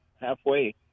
halfway